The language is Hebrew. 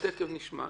תכף נשמע.